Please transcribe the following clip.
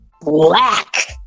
black